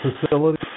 facility